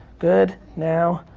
good, now,